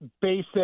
basic